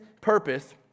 purpose